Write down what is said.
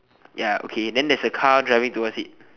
ya okay then there's a car driving towards it